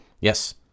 Yes